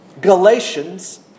Galatians